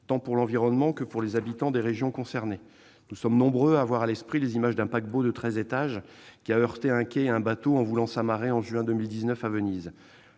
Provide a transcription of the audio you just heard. tant pour l'environnement que pour les habitants des régions concernées. Nous sommes nombreux à avoir ainsi à l'esprit l'image du paquebot de treize étages qui a heurté un quai et un bateau en voulant s'amarrer en juin 2019 à Venise.